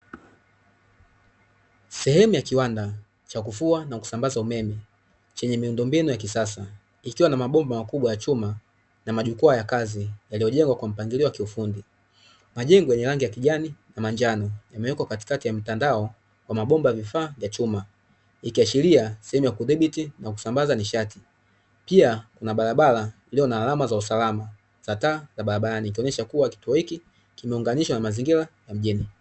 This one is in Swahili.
Sehemu ya kiwanda cha kufua na kusambaza umeme, chenye miundombinu ya kisasa, ikiwa na mabomba makubwa ya chuma na majukwaa ya kazi, yaliyojengwa kwa mpangilio wa kiufundi. Majengo yenye rangi ya kijani na manjano yameweka katikati ya mtandao wa mabomba ya vifaa vya chuma, ikiashiria sehemu ya kudhibiti na kusambaza nishati. Pia kuna barabara iliyo na alama za usalama za taa za barabarani, ikionyesha kuwa kituo hiki kimeunganishwa na mazingira ya mjini.